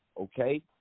okay